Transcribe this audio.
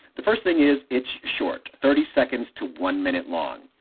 the first thing is, it's short thirty seconds to one minute long.